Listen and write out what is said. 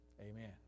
Amen